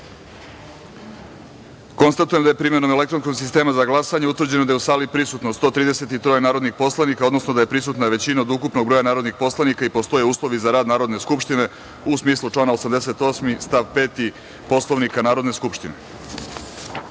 da je, primenom elektronskog sistema za glasanje, utvrđeno da je u sali prisutno 133 narodnih poslanika, odnosno da je prisutna većina od ukupnog broja narodnih poslanika i da postoje uslovi za rad Narodne skupštine, u smislu člana 88. stav 5. Poslovnika Narodne skupštine. Da